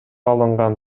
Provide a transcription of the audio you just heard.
алынган